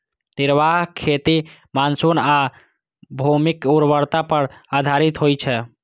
निर्वाह खेती मानसून आ भूमिक उर्वरता पर आधारित होइ छै